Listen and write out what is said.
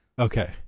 okay